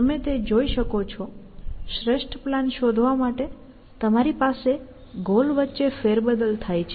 તમે તે જોઈ શકો છો શ્રેષ્ઠ પ્લાન શોધવા માટે તમારી પાસે ગોલ વચ્ચે ફેરબદલ થાય છે